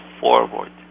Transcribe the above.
forward